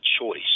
choice